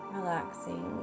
Relaxing